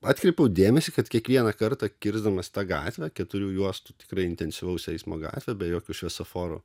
atkreipiau dėmesį kad kiekvieną kartą kirsdamas tą gatvę keturių juostų tikrai intensyvaus eismo gatvę be jokio šviesoforo